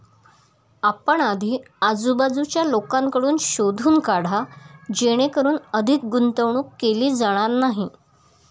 आपण आधी आजूबाजूच्या लोकांकडून शोधून काढा जेणेकरून अधिक गुंतवणूक केली जाणार नाही